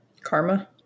Karma